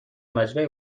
مجمع